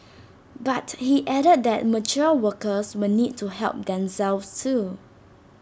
but he added that mature workers will need to help themselves too